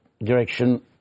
direction